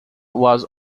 was